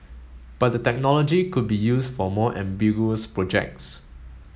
but the technology could be used for more ambiguous projects